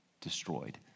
destroyed